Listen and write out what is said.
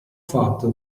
fatto